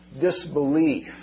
disbelief